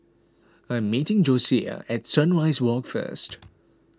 I am meeting Josiah at Sunrise Walk first